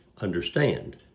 understand